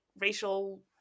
racial